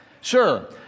Sure